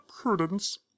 Prudence